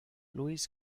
luis